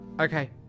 Okay